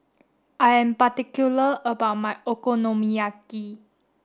I am particular about my Okonomiyaki